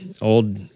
old